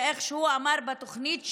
ואיך הוא אמר בתוכנית שלו: